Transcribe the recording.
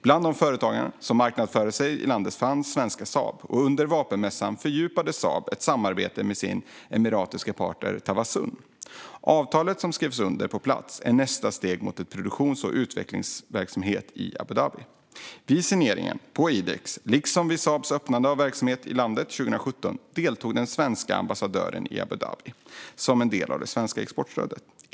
Bland de företag som marknadsförde sig i landet fanns svenska Saab, och under vapenmässan fördjupade Saab ett samarbete med sin emiratiska partner Tawazun. Det avtal som skrevs under på plats är nästa steg mot en produktions och utvecklingsverksamhet i Abu Dhabi. Vid signeringen på IDEX liksom vid Saabs öppnande av verksamhet i landet 2017 deltog den svenska ambassadören i Abu Dhabi som en del av det svenska exportstödet.